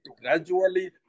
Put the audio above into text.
gradually